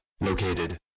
located